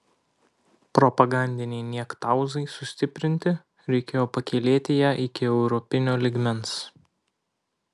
propagandinei niektauzai sustiprinti reikėjo pakylėti ją iki europinio lygmens